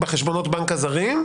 בחשבונות הבנק הזרים,